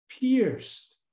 pierced